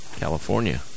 California